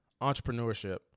entrepreneurship